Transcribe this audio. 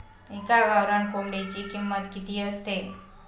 एका गावरान कोंबडीची किंमत किती असते?